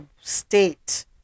state